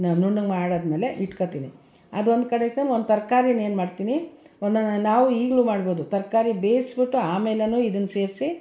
ನುಣ್ಣಗೆ ಮಾಡಾದ್ಮೇಲೆ ಇಟ್ಕೊಳ್ತೀನಿ ಅದು ಒಂದು ಕಡೆ ಇಟ್ಕೊಂಡು ಒಂದು ತರ್ಕಾರಿನ ಏನ್ಮಾಡ್ತೀ ನಾವು ಈಗ್ಲೂ ಮಾಡ್ಬೋದು ತರಕಾರಿ ಬೇಯಿಸ್ಬಿಟ್ಟು ಆಮೇಲೇನು ಇದನ್ನ ಸೇರಿಸಿ